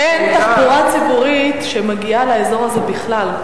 אין תחבורה ציבורית שמגיעה לאזור הזה בכלל,